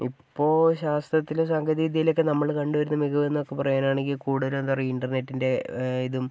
ഇപ്പോൾ ശാസ്ത്രത്തിലും സാങ്കേതികവിദ്യയിലൊക്കെ നമ്മൾ കണ്ട് വരുന്ന മികവ് എന്നൊക്കെ പറയാനാണെങ്കിൽ കൂടുതലെന്താ പറയാ ഇൻറ്റർനെറ്റിൻറ്റെ ഇതും